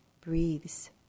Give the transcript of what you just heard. breathes